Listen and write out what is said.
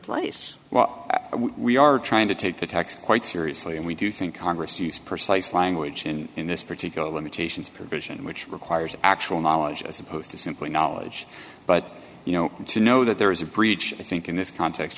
place well we are trying to take the text quite seriously and we do think congress use persuasive language and in this particular limitations provision which requires actual knowledge as opposed to simply knowledge but you know to know that there is a breach i think in this context